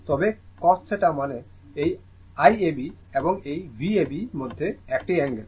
তবে cos θ মানে এই Iab এবং এই Vab মধ্যে একটি অ্যাঙ্গেল